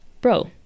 bro